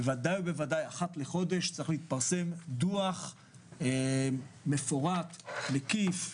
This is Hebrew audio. בוודאי אחת לחודש, צריך להתפרסם דו"ח מפורט, מקיף,